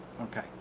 Okay